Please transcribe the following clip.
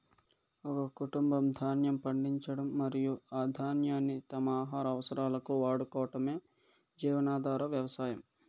ఒక కుటుంబం ధాన్యం పండించడం మరియు ఆ ధాన్యాన్ని తమ ఆహార అవసరాలకు వాడుకోవటమే జీవనాధార వ్యవసాయం